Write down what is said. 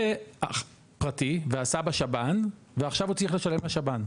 פרטי ועשה בשב"ן ועכשיו הוא צריך לשלם לשב"ן.